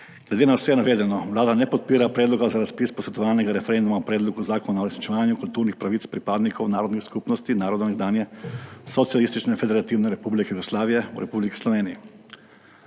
Glede na vse navedeno Vlada ne podpira Predloga za razpis posvetovalnega referenduma o Predlogu zakona o uresničevanju kulturnih pravic pripadnikov narodnih skupnosti narodov nekdanje Socialistične federativne republike Jugoslavije v Republiki Sloveniji.